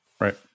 Right